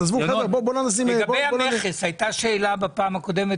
לגבי המכס הייתה שאלה בפעם הקודמת